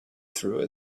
through